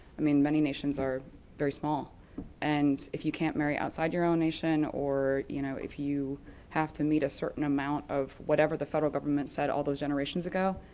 i mean many nations are very small and if you can't marry outside your own nation or you know if you have to meet a certain amount of whatever the federal government said all those generations ago,